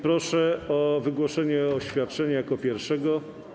Proszę o wygłoszenie oświadczenia jako pierwszego.